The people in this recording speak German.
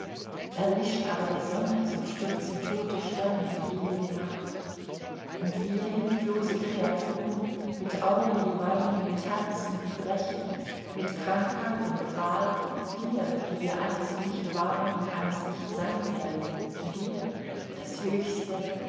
erlischt aber die sonne so stürzen tote sterne in ewige nacht und wir hilflose kreaturen mit augen die weinen mit herzen die brechen mit krankheit und qual wir die wir einst nicht waren und einst nicht sein werden wir das höchste